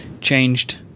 changed